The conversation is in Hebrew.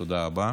תודה רבה.